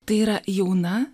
tai yra jauna